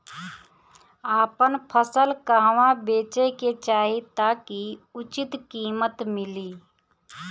आपन फसल कहवा बेंचे के चाहीं ताकि उचित कीमत मिली?